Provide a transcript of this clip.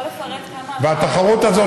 והתחרות הזאת,